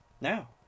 Now